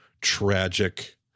tragic